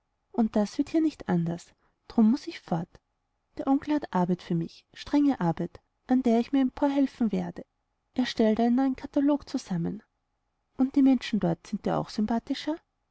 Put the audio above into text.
und das wird hier nicht anders drum muß ich fort der onkel hat arbeit für mich strenge arbeit an der ich mir emporhelfen werde er stellt einen neuen katalog zusammen und die menschen dort sind dir auch sympathischer